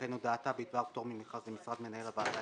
וכן הודעתה בדבר פטור ממכרז למשרת מנהל הועדה